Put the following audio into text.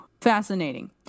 Fascinating